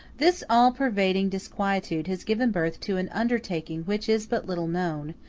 this all-pervading disquietude has given birth to an undertaking which is but little known,